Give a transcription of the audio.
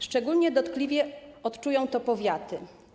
Szczególnie dotkliwie odczuwają to powiaty.